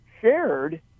shared